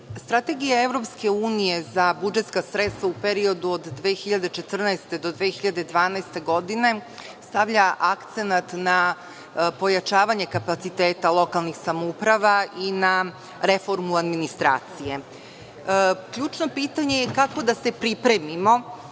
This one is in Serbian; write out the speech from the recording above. Strategija EU za budžetska sredstava u periodu od 2014. godine do 2020. godine stavlja akcenat na pojačavanje kapaciteta lokalnih samouprava i na reformu administracije. Ključno pitanje je kako da se pripremimo